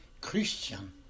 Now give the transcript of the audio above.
Christian